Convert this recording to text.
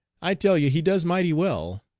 i tell you he does mighty well.